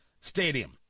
stadium